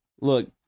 Look